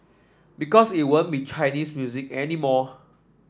because it won't be Chinese music anymore